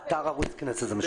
השידור משודר באתר ערוץ הכנסת.